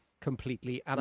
completely